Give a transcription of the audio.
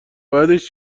بعدش